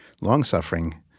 long-suffering